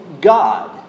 God